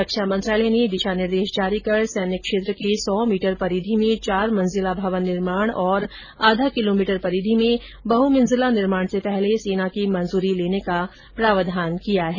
रक्षा मंत्रालय ने दिशा निर्देश जारी कर सैन्य क्षेत्र के सौ मीटर परिधी में चार मंजिला भवन निर्माण और आधा किलोमीटर परिधी में बहमंजिला निर्माण से पहले सेना की मंजुरी लेने का प्रावधान किया है